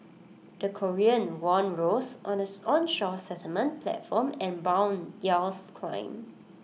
the Korean won rose on the onshore settlement platform and Bond yields climbed